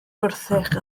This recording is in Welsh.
gwrthrych